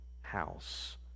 house